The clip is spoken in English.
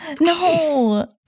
No